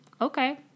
Okay